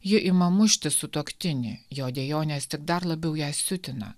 ji ima mušti sutuoktinį jo dejonės tik dar labiau ją siutina